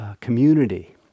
community